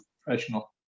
professional